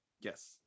Yes